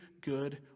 good